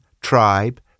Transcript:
tribe